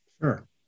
sure